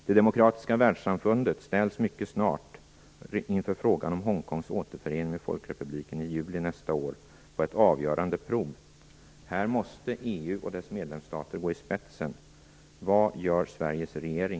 Det demokratiska världssamfundet ställs mycket snart, i juli nästa år, inför frågan om Hongkongs återförening med Folkrepubliken och ett avgörande prov. Här måste EU och dess medlemsstater gå i spetsen.